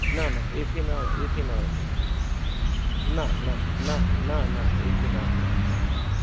न न ए सि न ए सि न अवश्यकं न न न न ए सि न अवश्यकम्